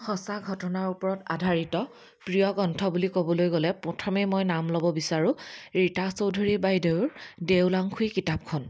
সঁচা ঘটনাৰ ওপৰত আধাৰিত প্ৰিয় গ্ৰন্থ বুলি ক'বলৈ গ'লে প্ৰথমেই মই নাম ল'ব বিচাৰোঁ ৰীতা চৌধুৰী বাইদেউৰ দেওলাংখুই কিতাপখন